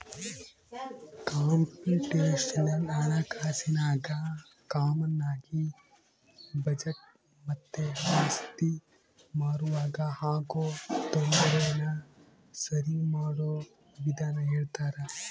computational ಹಣಕಾಸಿನಾಗ ಕಾಮಾನಾಗಿ budget ಮತ್ತೆ ಆಸ್ತಿ ಮಾರುವಾಗ ಆಗೋ ತೊಂದರೆನ ಸರಿಮಾಡೋ ವಿಧಾನ ಹೇಳ್ತರ